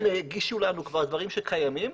הם הגישו לנו דברים שכבר קיימים,